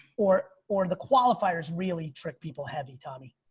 or or the qualifiers really trick people heavy tommy.